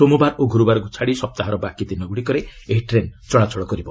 ସୋମବାର ଓ ଗ୍ରରବାରକ୍ତ ଛାଡ଼ି ସପ୍ତାହର ବାକି ଦିନଗୁଡ଼ିକରେ ଏହି ଟ୍ରେନ୍ ଚଳାଚଳ କରିବ